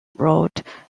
wrote